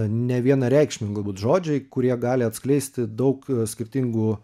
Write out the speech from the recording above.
nevienareikšmiai galbūt žodžiai kurie gali atskleisti daug skirtingų